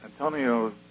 Antonio